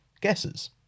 guesses